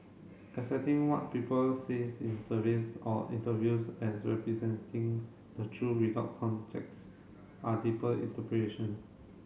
accepting what people says in surveys or interviews as representing the truth without context are deeper interpretation